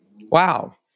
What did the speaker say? Wow